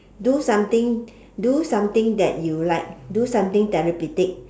do something do something that you like do something therapeutic